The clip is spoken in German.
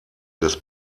des